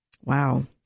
Wow